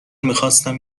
میخواستم